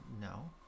no